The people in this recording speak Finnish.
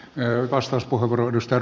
arvoisa puhemies